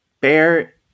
bear